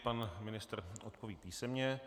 Pan ministr odpoví písemně.